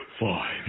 five